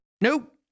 Nope